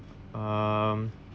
um